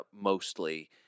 mostly